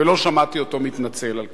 ולא שמעתי אותו מתנצל על כך.